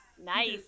nice